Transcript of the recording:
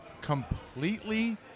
completely